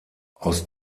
aus